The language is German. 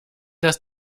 dass